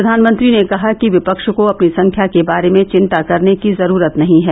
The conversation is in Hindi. प्रधानमंत्री ने कहा कि विपक्ष को अपनी संख्या के बारे में चिंता करने की जरूरत नहीं है